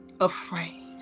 afraid